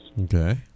okay